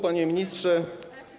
Panie Ministrze!